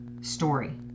story